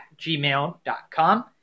gmail.com